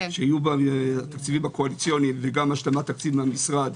שיהיו בה התקציבים הקואליציוניים וגם השלמת תקציב מהמשרד